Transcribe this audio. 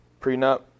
prenup